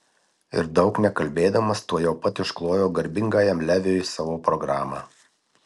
ir daug nekalbėdamas tuojau pat išklojo garbingajam leviui savo programą